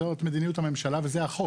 זו מדיניות הממשלה ובמסגרת החוק.